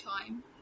time